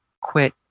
quit